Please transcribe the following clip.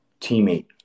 teammate